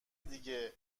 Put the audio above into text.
دیگه